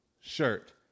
shirt